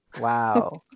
Wow